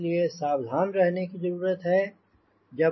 इसलिए सावधान रहने की जरूरत है